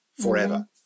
forever